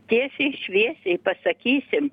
tiesiai šviesiai pasakysim